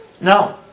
No